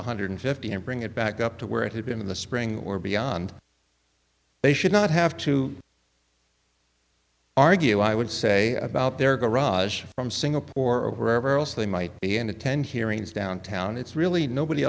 one hundred fifty and bring it back up to where it had been in the spring or beyond they should not have to argue i would say about their garage from singapore or wherever else they might be in a ten hearings downtown it's really nobody